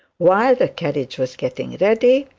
while the carriage was getting ready,